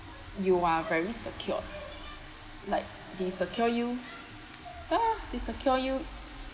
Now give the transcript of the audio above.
you are very secure like they secure you ah they secure you